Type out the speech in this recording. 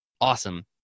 awesome